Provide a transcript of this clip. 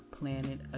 Planet